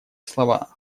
слова